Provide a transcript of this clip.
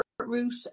route